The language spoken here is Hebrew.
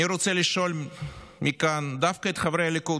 אני רוצה לשאול מכאן דווקא את חברי הליכוד: